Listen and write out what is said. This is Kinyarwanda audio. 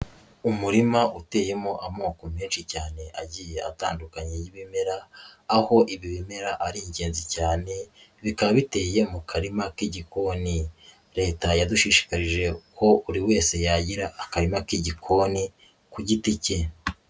Umurima uteyemo amoko menshi cyane agiye atandukanye y'ibimera, aho ibi bimera ari ingenzi cyane, bikaba biteye mu karima k'igikoni. Leta yadushishikarije ko buri wese yagira akarima k'igikoni ku giti cye.